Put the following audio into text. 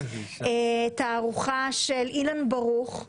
תערוכה של אילן ברוך,